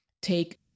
take